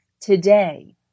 today